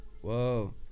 Whoa